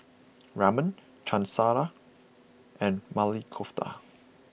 Ramen Chana Masala and Maili Kofta